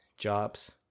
Jobs